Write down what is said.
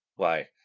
why,